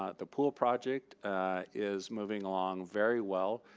ah the pool project is moving along very well.